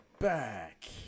back